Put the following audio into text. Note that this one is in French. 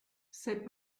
c’est